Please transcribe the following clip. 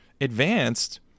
advanced